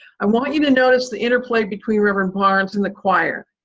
i want you to notice the interplay between reverend barnes and the choir,